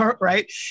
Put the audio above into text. right